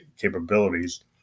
capabilities